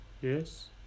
Yes